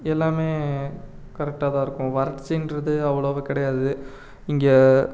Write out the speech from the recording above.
எல்லாமே கரெக்டாக தான் இருக்கும் வறட்சின்றது அவ்ளோவாக கிடையாது இங்கே